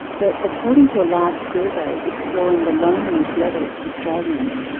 but according to a large survey exploring the loneliness levels of australians,